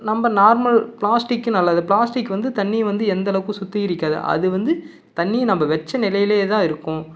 நம்ம normal plastic நல்லது plastic வந்து தண்ணியை வந்து எந்தளவுக்கும் சுத்திகரிக்காது அது வந்து தண்ணியை நம்ம வைச்ச நிலையிலேயே தான் இருக்கும்